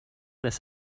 this